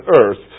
earth